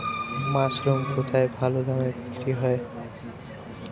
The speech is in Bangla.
মাসরুম কেথায় ভালোদামে বিক্রয় হয়?